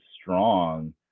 strong